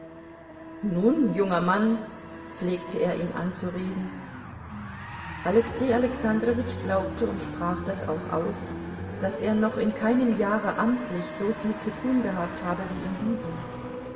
nun junger mann pflegte er ihn anzureden alexei alexandrowitsch glaubte und sprach das auch aus daß er noch in keinem jahre amtlich so viel zu tun gehabt habe wie in diesem